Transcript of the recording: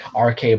RK